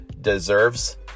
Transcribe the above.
deserves